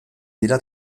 dira